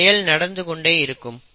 இந்த செயல் நடந்துகொண்டே இருக்கும்